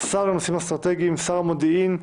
השר לנושאים אסטרטגיים, שר המודיעין,